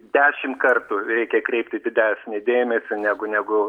dešim kartų reikia kreipti didesnį dėmesį negu negu